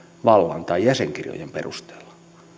vallan tai jäsenkirjojen perusteella